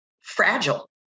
fragile